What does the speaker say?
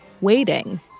waiting